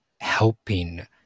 helping